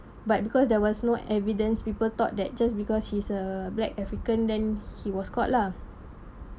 but because there was no evidence people thought that just because he's a black african then he was caught lah